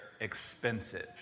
expensive